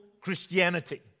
Christianity